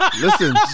Listen